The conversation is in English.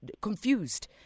confused